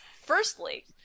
Firstly